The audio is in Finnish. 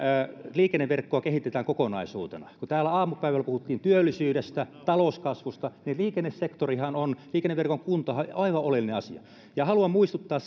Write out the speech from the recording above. liikenneverkkoa kehitetään kokonaisuutena kun täällä aamupäivällä puhuttiin työllisyydestä talouskasvusta niin liikennesektorihan on liikenneverkon kuntohan on aivan oleellinen asia haluan muistuttaa